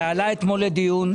זה עלה אתמול לדיון,